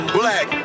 black